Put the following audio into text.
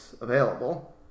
available